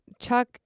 Chuck